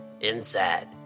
inside